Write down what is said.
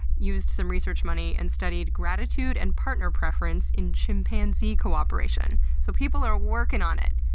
used some research money and studied gratitude and partner preference in chimpanzee cooperation. so, people are working on it.